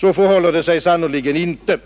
Så förhåller det sig sannerligen inte.